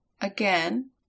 Again